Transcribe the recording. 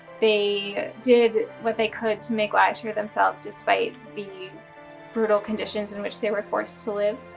they did what they could to make lives for themselves despite the brutal conditions in which they were forced to live,